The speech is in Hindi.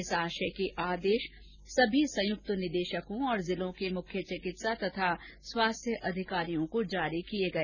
इस आशय के आदेश सभी संयुक्त निदेशकों और जिलों के मुख्य चिकित्सा तथा स्वास्थ्य अधिकारियों को जारी किए गए